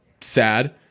sad